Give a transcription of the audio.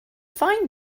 find